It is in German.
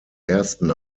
ersten